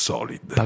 Solid